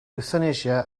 ewthanasia